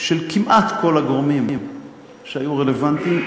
של כמעט כל הגורמים שהיו רלוונטיים,